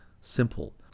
simple